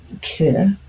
care